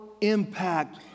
impact